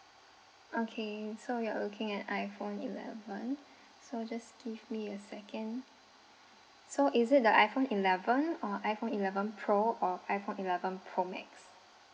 okay so you're looking at iphone eleven so just give me a second so is it the iphone eleven or iphone eleven pro or iphone eleven pro max